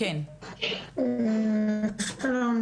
כפי שנאמר קודם